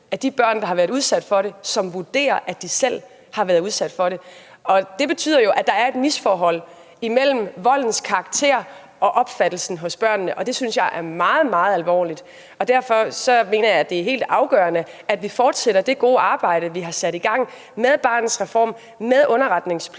af de børn, der har været udsat for det, som vurderer at de selv har været udsat for det. Det betyder jo, at der er et misforhold mellem voldens karakter og opfattelsen hos børnene, og det synes jeg er meget, meget alvorligt. Derfor mener jeg, det er helt afgørende, at vi fortsætter det gode arbejde, vi har sat i gang, med Barnets Reform, med underretningspligt.